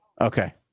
Okay